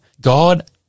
God